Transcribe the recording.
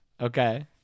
Okay